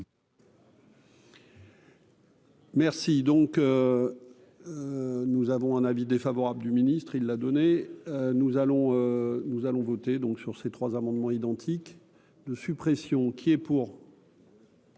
Merci donc nous avons un avis défavorable du ministre, il l'a donné, nous allons nous allons voter donc sur ces trois amendements identiques de suppression qui est pour.